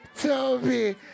Toby